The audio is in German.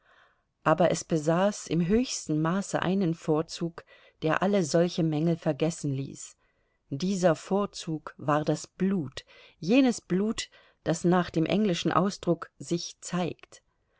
aber es besaß im höchsten maße einen vorzug der alle solche mängel vergessen ließ dieser vorzug war das blut jenes blut das nach dem englischen ausdruck sich zeigt